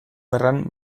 gerran